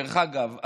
דרך אגב,